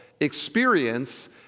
experience